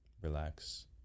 relax